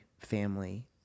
family